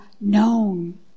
known